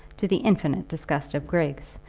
to the infinite disgust of griggs,